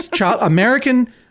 American